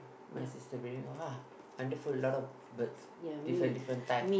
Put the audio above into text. my sister bring me go lah wonderful lots of birds different different type